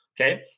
okay